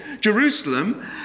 Jerusalem